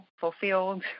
fulfilled